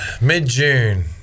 mid-june